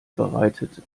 bereitet